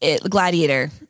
Gladiator